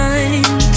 Time